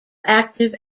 active